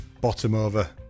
bottom-over